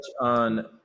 on